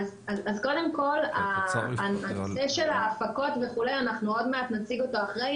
קודם כל את הנושא של ההפקות אנחנו עוד מעט נציג אותו אחרי,